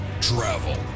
Travel